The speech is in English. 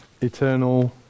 eternal